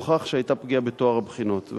הוכח שהיתה פגיעה בטוהר הבחינות.